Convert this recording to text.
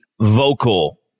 vocal